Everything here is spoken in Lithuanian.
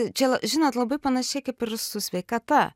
čia žinot labai panašiai kaip ir su sveikata